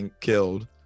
killed